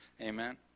Amen